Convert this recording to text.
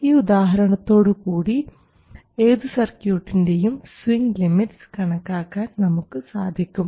ഈ ഉദാഹരണത്തോടുകൂടി ഏതു സർക്യൂട്ടിൻറെയും സ്വിംഗ് ലിമിറ്റ്സ് കണക്കാക്കാൻ നമുക്ക് സാധിക്കും